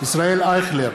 ישראל אייכלר,